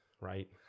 right